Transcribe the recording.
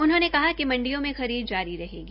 उन्होंने कहा कि मंडियो में खरीद जारी रहेगी